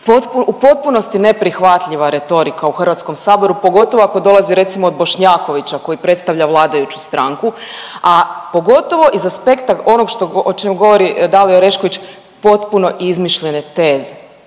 U potpunosti neprihvatljiva retorika u HS-u, pogotovo ako dolazi recimo od Bošnjakovića koji predstavlja vladajuću stranku, a pogotovo iz aspekta onog o čem govori Dalija Orešković, potpuno izmišljene teze